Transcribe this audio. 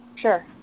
Sure